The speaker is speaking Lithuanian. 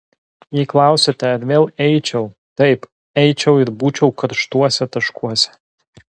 jei klausiate ar vėl eičiau taip eičiau ir būčiau karštuose taškuose